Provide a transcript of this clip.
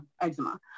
eczema